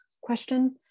question